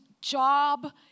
job